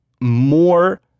more